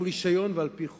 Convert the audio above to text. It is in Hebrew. עם רשיון ועל-פי חוק.